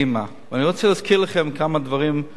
ואני רוצה להזכיר לכם כמה דברים נשכחים: